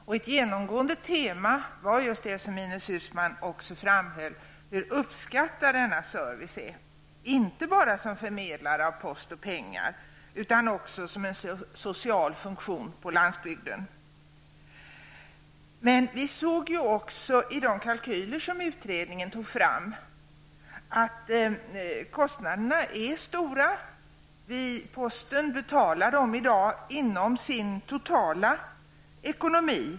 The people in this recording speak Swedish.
Och ett genomgående tema var just det som Ingrid Uusmann framhöll, nämligen hur uppskattad denna service är, inte bara som förmedlare av post och pengar utan också som en social funktion på landsbygden. Men vi såg också i de kalkyler som utredningen tog fram att kostnaderna är stora. Posten betalar dem i dag inom sin totala ekonomi.